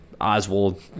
Oswald